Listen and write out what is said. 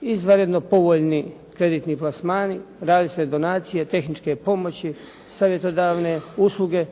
izvanredno povoljni kreditni plasmani, različite donacije, tehničke pomoći, savjetodavne usluge